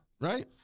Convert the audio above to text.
right